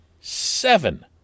seven